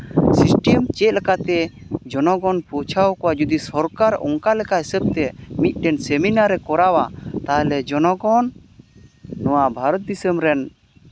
system ᱪᱮᱫ ᱞᱮᱠᱟᱛᱮ ᱡᱚᱱᱚᱜᱚᱱ ᱯᱳᱸᱪᱷᱟᱣ ᱠᱚᱣᱟ ᱡᱚᱫᱤ ᱥᱚᱨᱠᱟᱨ ᱚᱱᱠᱟ ᱞᱮᱠᱟᱭ ᱦᱤᱥᱟᱹᱵ ᱛᱮ ᱢᱤᱫᱴᱮᱱ ᱥᱤᱢᱮᱱᱟᱨᱮ ᱠᱚᱨᱟᱣᱟ ᱛᱟᱦᱚᱞᱮ ᱡᱚᱱᱚᱜᱚᱱ ᱱᱚᱣᱟ ᱵᱷᱟᱨᱚᱛ ᱫᱤᱥᱚᱢ ᱨᱮᱱ